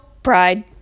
pride